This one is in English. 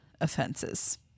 offenses